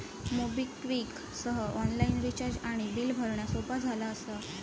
MobiKwik सह online recharge आणि bill भरणा सोपा झाला असा